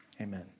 amen